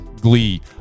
glee